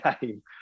game